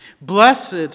Blessed